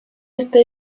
este